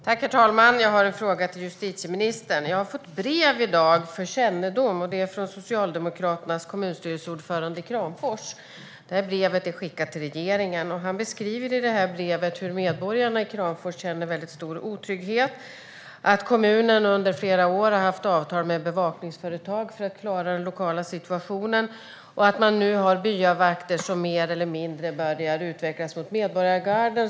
Herr talman! Jag har en fråga till justitieministern. Jag har fått brev i dag för kännedom från Socialdemokraternas kommunstyrelseordförande i Kramfors. Brevet är skickat till regeringen. Han beskriver i brevet att medborgarna i Kramfors känner stor otrygghet, att kommunen under flera år har haft avtal med bevakningsföretag för att klara den lokala situationen och att man nu har byavakter som mer eller mindre börjar utvecklas till medborgargarden.